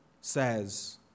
says